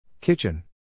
Kitchen